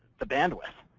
the bandwidth.